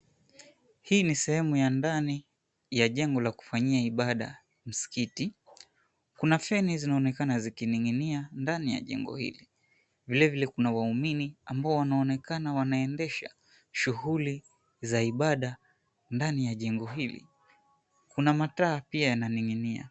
Hii ni sehemu ya ndani ya jengo la kufanyia ibada; msikiti. Kuna feni zinaonekana ziking'inia ndani ya jengo hili. Vilevile kuna waumini ambao wanaonekana wanaendesha shughuli za ibada ndani ya jengo hili. Kuna mataa pia yananing'inia.